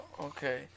Okay